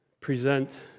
present